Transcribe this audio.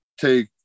take